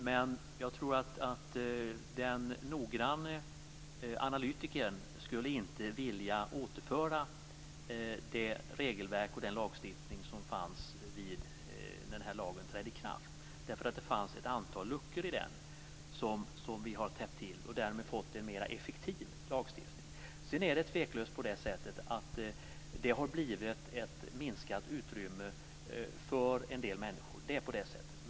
Men jag tror att den noggranne analytikern inte skulle vilja återföra det regelverk och den lagstiftning som fanns när den här lagen trädde i kraft. Det fanns nämligen ett antal luckor i den som vi har täppt till. Därmed har vi fått en mer effektiv lagstiftning. Sedan är det tveklöst på det sättet att det har blivit ett minskat utrymme för en del människor. Det är på det sättet.